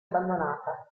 abbandonata